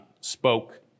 spoke